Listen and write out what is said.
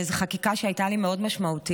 זו חקיקה שהייתה לי מאוד משמעותית.